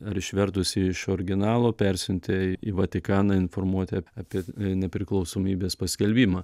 ar išvertusi iš originalo persiuntė į vatikaną informuoti apie nepriklausomybės paskelbimą